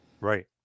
Right